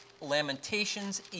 Lamentations